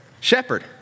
Shepherd